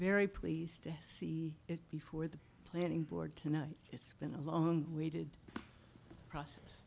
very pleased to see it before the planning board tonight it's been a long awaited process